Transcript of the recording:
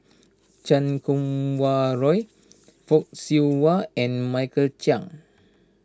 Chan Kum Wah Roy Fock Siew Wah and Michael Chiang